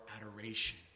adoration